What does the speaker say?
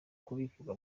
kubivuga